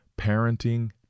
parenting